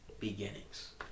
beginnings